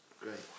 great